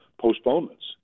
postponements